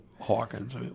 Hawkins